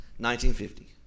1950